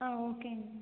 ஆ ஓகேங்க மேம்